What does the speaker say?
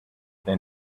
then